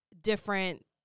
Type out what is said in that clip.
different